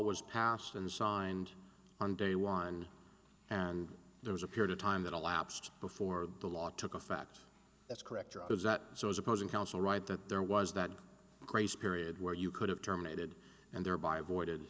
was passed and signed on day one and there was a period of time that elapsed before the law took effect that's correct or was that it was opposing counsel right that there was that grace period where you could have terminated and thereby avoided